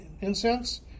incense